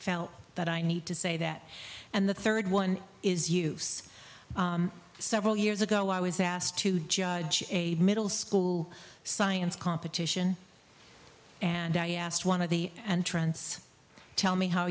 felt that i need to say that and the third one is use several years ago i was asked to judge a middle school science competition and i asked one of the and trends tell me how